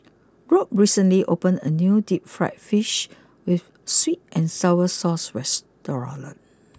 Robt recently opened a new deep Fried Fish with sweet and Sour Sauce restaurant